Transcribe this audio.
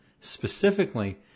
Specifically